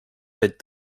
пять